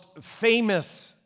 famous